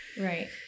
right